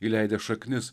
įleidęs šaknis